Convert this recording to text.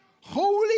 Holy